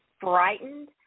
frightened